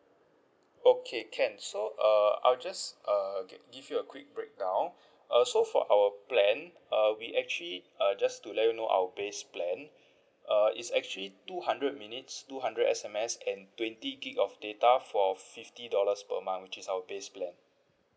okay can so uh I'll just uh okay give you a quick break down uh so for our plan uh we actually uh just to let you know our base plan uh is actually two hundred minutes two hundred S_M_S and twenty gig of data for fifty dollars per month which is our base plan